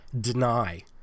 deny